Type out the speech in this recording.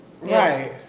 Right